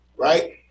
right